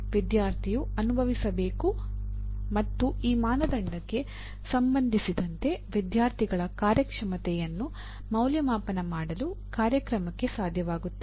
ವಿದ್ಯಾರ್ಥಿಯು ಅನುಭವಿಸಬೇಕು ಮತ್ತು ಈ ಮಾನದಂಡಕ್ಕೆ ಸಂಬಂಧಿಸಿದಂತೆ ವಿದ್ಯಾರ್ಥಿಗಳ ಕಾರ್ಯಕ್ಷಮತೆಯನ್ನು ಮೌಲ್ಯಮಾಪನ ಮಾಡಲು ಕಾರ್ಯಕ್ರಮಕ್ಕೆ ಸಾಧ್ಯವಾಗುತ್ತದೆ